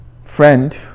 Friend